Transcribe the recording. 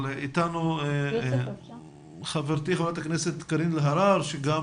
אבל איתנו חברתי חברת הכנסת קארין אלהרר שגם